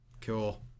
Cool